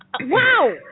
Wow